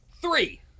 three